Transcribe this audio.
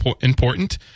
important